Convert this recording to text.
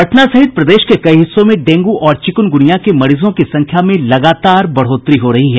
पटना सहित प्रदेश के कई हिस्सों में डेंगू और चिकुनगुनिया के मरीजों की संख्या में लगातार बढ़ोतरी हो रही है